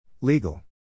Legal